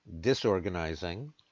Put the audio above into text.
disorganizing